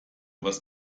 was